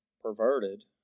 perverted